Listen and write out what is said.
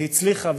הצליחה,